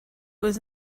was